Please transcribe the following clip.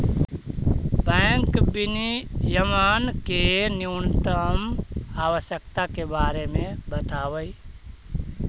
bank विनियमन के न्यूनतम आवश्यकता के बारे में बतावऽ